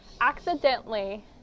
Accidentally